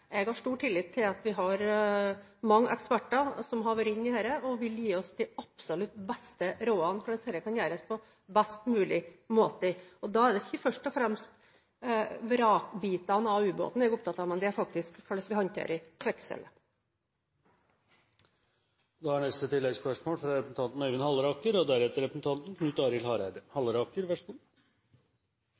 Jeg har stor tillit til at de mange eksperter som har vært inne i dette, vil gi oss de absolutt beste rådene, slik at dette kan gjøres på best mulig måte. Da er det ikke først og fremst vrakbitene av ubåten jeg er opptatt av, men det er hvordan vi håndterer kvikksølvet. Øyvind Halleraker – til oppfølgingsspørsmål. Stadige utsettelser og